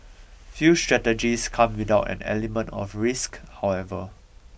few strategies come without an element of risk however